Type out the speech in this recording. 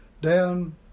down